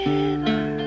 River